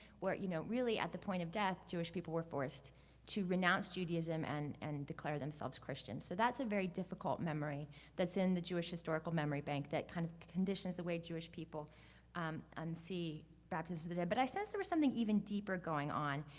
where you know really at that point of death, jewish people were forced to renounce judaism and and declare themselves christian. so that's a very difficult memory that's in the jewish historical memory bank, that kind of conditions the way jewish people um and see baptisms today. but i sense there was something even deeper going on.